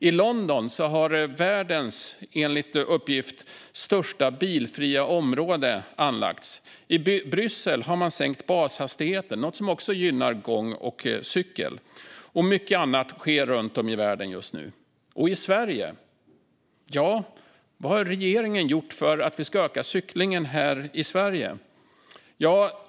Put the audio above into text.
I London har världens, enligt uppgift, största bilfria område anlagts. I Bryssel har man sänkt bashastigheten. Det är något som också gynnar gång och cykel. Och mycket annat sker runt om i världen just nu. Vad har regeringen gjort för att öka cyklingen i Sverige?